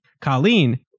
Colleen